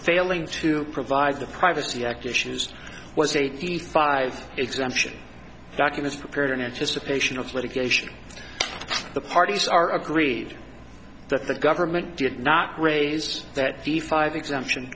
failing to provide the privacy act issues was eighty five exemption documents prepared in anticipation of litigation the parties are agreed that the government did not raise that the five exemption